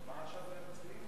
מה מצביעים?